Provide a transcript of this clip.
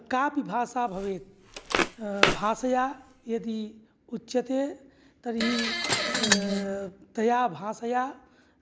कापि भाषा भवेत् भाषया यदि उच्यते तर्हि तया भाषया